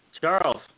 Charles